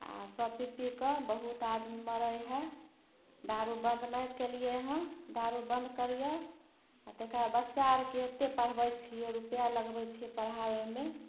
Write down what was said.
आओर सभ पी पी कऽ बहुत आदमी मरै हइ दारू बन्द नहि केलिए हँ दारू बन्द करिऔ तकर बाद बच्चा आरके एतेक पढ़बै छिए रुपैआ लगबै छिए पढ़ाबैमे